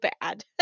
bad